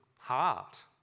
heart